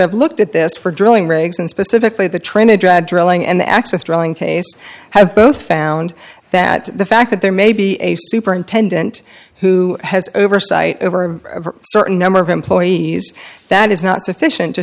have looked at this for drilling rigs and specifically the tryna drag drilling and the access drilling case have both found that the fact that there may be a superintendent who has oversight over a certain number of employees that is not sufficient to